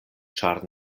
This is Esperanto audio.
ĉar